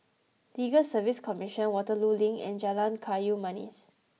Legal Service Commission Waterloo Link and Jalan Kayu Manis